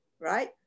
right